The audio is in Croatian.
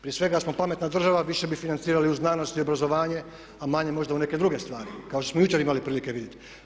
Prije svega da smo pametna država više bi financirali u znanost i obrazovanje, a manje možda u neke druge stvari kao što smo jučer imali prilike vidjeti.